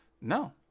No